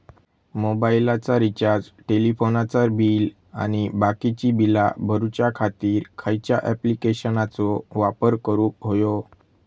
मोबाईलाचा रिचार्ज टेलिफोनाचा बिल आणि बाकीची बिला भरूच्या खातीर खयच्या ॲप्लिकेशनाचो वापर करूक होयो?